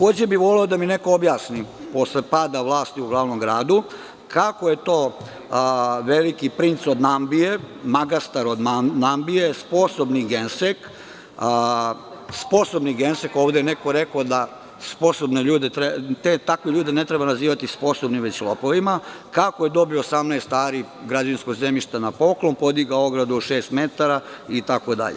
Voleo bih i da mi neko objasni posle pada vlasti u glavnom gradu, kako je to „veliki princ od Nambije“, „magastar od Nambije“, „sposobni gensek“, ovde je neko rekao da takve ljude ne treba nazivati sposobnim već lopovima, kako je dobio 18 ari građevinskog zemljišta na poklon, podigao ogradu od šest metara itd?